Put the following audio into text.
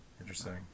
Interesting